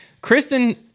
Kristen